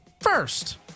first